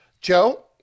Joe